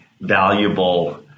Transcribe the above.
valuable